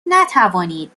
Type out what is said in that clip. نتوانید